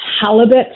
halibut